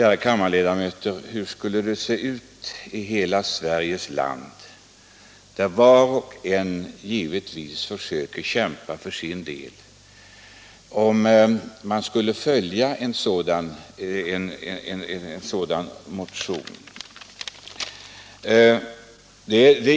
Kära kammarledamöter! Hur skulle det se ut i heia Sveriges land, där var och en givetvis försöker kämpa för sin del, om vi skulle följa en sådan motion?